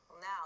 Now